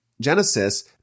Genesis